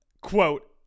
quote